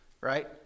right